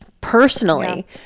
personally